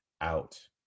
out